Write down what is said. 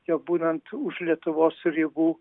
jau būnant už lietuvos ribų